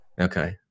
Okay